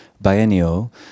Biennial